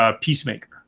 Peacemaker